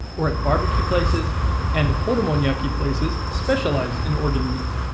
or at barbeque places and horumonyaki places specialize in organ meats,